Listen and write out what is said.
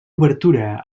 obertura